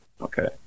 Okay